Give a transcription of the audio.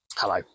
Hello